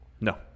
No